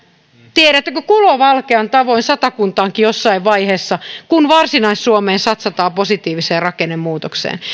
tiedättekö kulovalkean tavoin satakuntaankin jossain vaiheessa kun satsataan varsinais suomen positiiviseen rakennemuutokseen